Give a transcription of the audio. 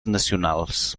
nacionals